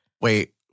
Wait